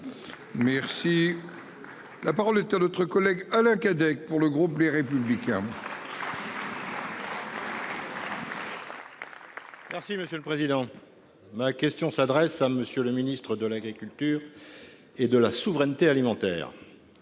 Merci. La parole est à notre collègue Alain Cadec pour le groupe Les Républicains. Merci monsieur le président. Ma question s'adresse à Monsieur le Ministre de l'Agriculture. Et de la souveraineté alimentaire.